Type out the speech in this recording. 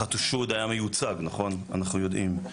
החשוד היה מיוצג, אנחנו יודעים.